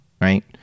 right